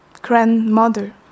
grandmother